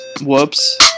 whoops